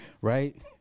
Right